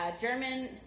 German